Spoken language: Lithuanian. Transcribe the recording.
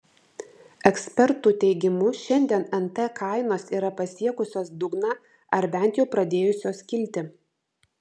ekspertų teigimu šiandien nt kainos yra pasiekusios dugną ar bent jau pradėjusios kilti